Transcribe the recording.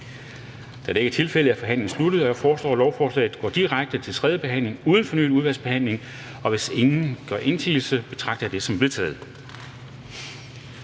Da det ikke er tilfældet, er forhandlingen sluttet. Jeg foreslår, at lovforslaget går direkte til tredje behandling uden fornyet udvalgsbehandling. Og hvis ingen gør indsigelse, betragter jeg det som vedtaget.